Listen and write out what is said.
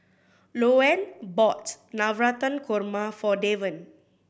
Louann bought Navratan Korma for Deven